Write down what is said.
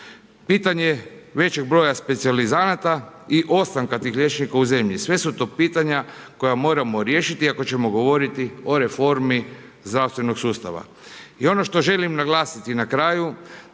Pitanje većeg broja specijalizanata i ostanka tih liječnika u zemlji. Sve su to pitanja koja moramo riješiti ako ćemo govoriti o reformi zdravstvenog sustava. I ono što želim naglasiti na kraju,